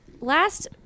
last